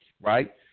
right